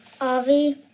Avi